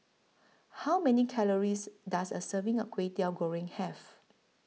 How Many Calories Does A Serving of Kway Teow Goreng Have